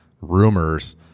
rumors